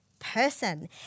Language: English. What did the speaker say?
person